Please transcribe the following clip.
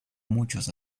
muchos